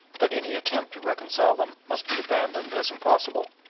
that any attempt to reconcile them must be abandoned as impossible.